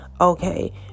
Okay